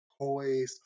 poised